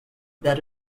that